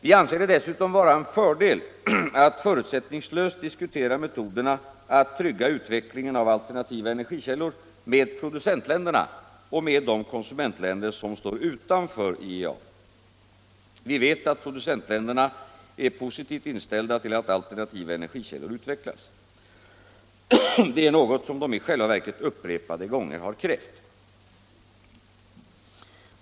Vi anser det dessutom vara en fördel att förutsättningslöst diskutera metoderna att trygga utvecklingen av alternativa energikällor med producentländerna och de konsumentländer som står utanför IEA. Vi vet att producentländerna är positivt inställda till att alternativa energikällor utvecklas. Det är något som de i själva verket upprepade gånger har krävt.